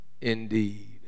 indeed